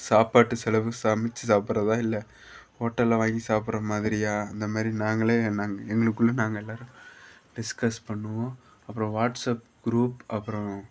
சாப்பாட்டுச் செலவு சமைச்சு சாப்பிட்றதா இல்லை ஹோட்டலில் வாங்கி சாப்பிடற மாதிரியா அந்த மாதிரி நாங்களே நாங்கள் எங்களுக்குள்ளே நாங்கள் எல்லோரும் டிஸ்கஸ் பண்ணுவோம் அப்புறம் வாட்ஸப் க்ரூப் அப்புறம்